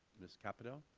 ms. capito,